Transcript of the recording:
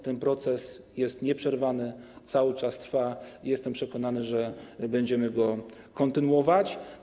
Ten proces jest nieprzerwany, cały czas trwa i jestem przekonany, że będziemy go kontynuować.